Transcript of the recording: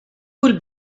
will